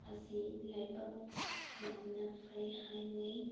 ꯑꯁꯤ ꯂꯥꯏꯕꯛ ꯌꯥꯝꯅ ꯐꯩ ꯍꯥꯏꯅꯩ